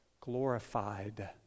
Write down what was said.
glorified